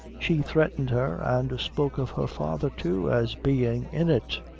she threatened her, and spoke of her father, too, as bein' in it.